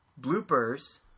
Bloopers